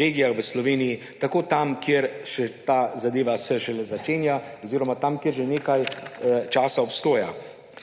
regijah v Sloveniji; tako tam, kjer se ta zadeva šele začenja, oziroma tam, kjer že nekaj časa obstoja.